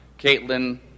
Caitlin